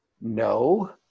No